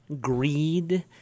Greed